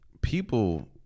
people